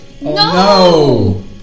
no